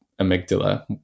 amygdala